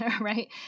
Right